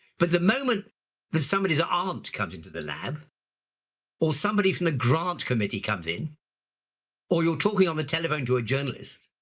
but the moment that somebody's ah aunt comes into the lab or somebody from the grant committee comes in or you're talking on the telephone to a journalist,